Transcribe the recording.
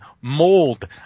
Mold